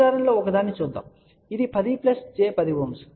ఇది 10 j 10 Ω